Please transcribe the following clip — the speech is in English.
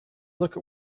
look